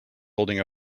holding